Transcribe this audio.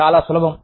చాలా సులభం